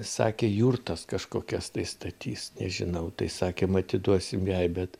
sakė jurtas kažkokias tai statys nežinau tai sakėm atiduosim jai bet